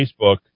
Facebook